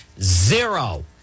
Zero